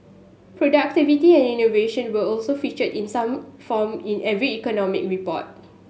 productivity and innovation were also featured in some form in every economic report